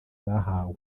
bahawe